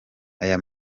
aya